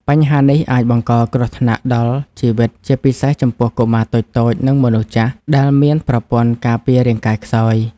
បញ្ហានេះអាចបង្កគ្រោះថ្នាក់ដល់ជីវិត ជាពិសេសចំពោះកុមារតូចៗ និងមនុស្សចាស់ ដែលមានប្រព័ន្ធការពាររាងកាយខ្សោយ។